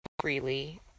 freely